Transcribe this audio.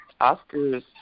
Oscar's